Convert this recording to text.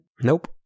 Nope